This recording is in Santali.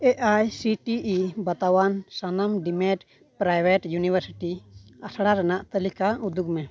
A I C T E ᱵᱟᱛᱟᱣᱟᱱ ᱥᱟᱱᱟᱢ ᱰᱤᱢᱰ ᱯᱨᱟᱭᱵᱷᱮᱴ ᱤᱭᱩᱱᱤᱵᱷᱟᱨᱥᱤᱴᱤ ᱟᱥᱲᱟ ᱨᱮᱱᱟᱜ ᱛᱟᱞᱤᱠᱟ ᱩᱫᱩᱜᱽᱢᱮ